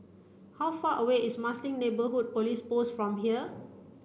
how far away is Marsiling Neighbourhood Police Post from here